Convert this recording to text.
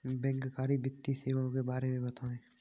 बैंककारी वित्तीय सेवाओं के बारे में बताएँ?